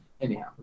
Anyhow